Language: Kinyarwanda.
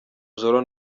joro